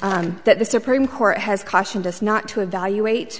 that the supreme court has cautioned us not to evaluate